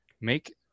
Make